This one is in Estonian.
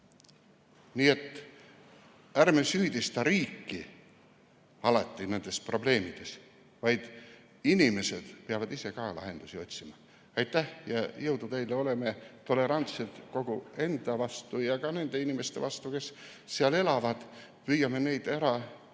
Nii et ärme alati süüdista riiki nendes probleemides, vaid inimesed ise peavad ka lahendusi otsima. Aitäh, ja jõudu teile! Oleme tolerantsed enda vastu ja ka nende inimeste vastu, kes seal elavad. Püüame, kuidas